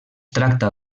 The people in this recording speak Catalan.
tracta